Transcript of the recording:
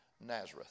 Nazareth